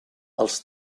els